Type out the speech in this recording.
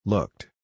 Looked